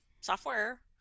software